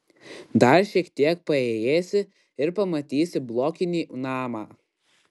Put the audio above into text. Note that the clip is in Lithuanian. dar šiek tiek paėjėsi ir pamatysi blokinį namą